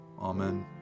Amen